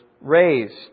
raised